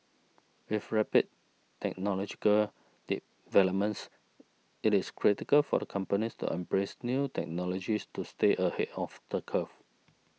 with rapid technological developments it is critical for a companies to embrace new technologies to stay ahead of the curve